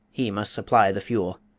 he must supply the fuel.